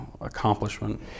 accomplishment